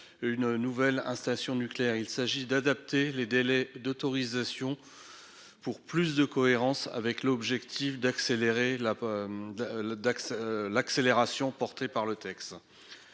une nouvelle installation nucléaire. Il s'agit d'adapter les délais d'autorisation pour plus de cohérence avec l'objectif d'accélération porté par le texte.